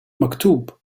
maktub